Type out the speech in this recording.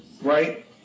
Right